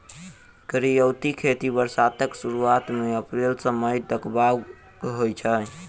करियौती खेती बरसातक सुरुआत मे अप्रैल सँ मई तक बाउग होइ छै